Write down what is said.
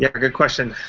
yeah a good question.